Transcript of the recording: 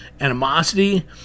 animosity